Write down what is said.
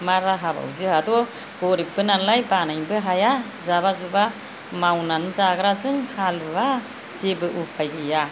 मा राहाबाव जोहाथ' गरिबबो नालाय बानायनोबो हाया जाबा जुबा मावनानै जाग्रा जों हालुवा जेबो उफाय गैया